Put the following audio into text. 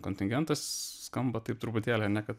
kontingentas skamba taip truputėlį ane kad